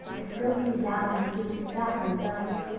the silken down with which his back is dight,